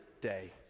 day